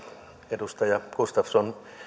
edustaja gustafsson